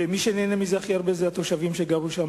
ומי שהכי נהנו מזה הם התושבים שגרו שם,